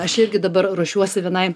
aš irgi dabar ruošiuosi vienai